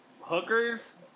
hookers